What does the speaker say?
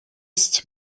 ist